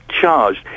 charged